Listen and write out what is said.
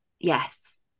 yes